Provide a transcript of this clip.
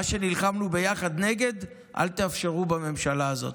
מה שנלחמנו ביחד נגד, אל תאפשרו בממשלה הזאת.